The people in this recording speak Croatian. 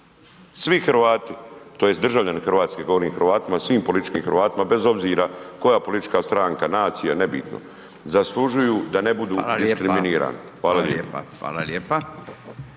Svi Hrvati, tj. državljani Hrvatske govorim o Hrvatima i svim političkim Hrvatima bez obzira koja politička stranka, nacija, nebitno zaslužuju da ne budu diskriminirani. Hvala lijepo.